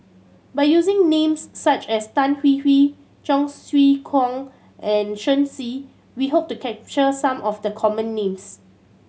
by using names such as Tan Hwee Hwee Cheong Siew Keong and Shen Xi we hope to capture some of the common names